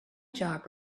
job